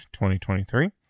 2023